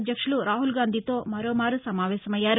అధ్యక్షులు రాహుల్ గాంధీతో మరోమారు సమావేశమయ్యారు